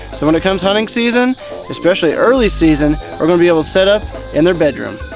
so when it comes hunting season especially early season we're going to be able to set up in their bedroom.